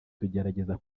tugerageza